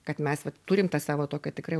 kad mes turim tą savo tokią tikrai